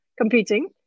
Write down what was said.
competing